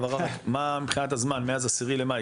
מה מבחינת הזמן מאז ה-10 למאי,